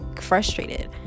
frustrated